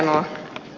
hienoa